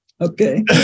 Okay